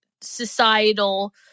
societal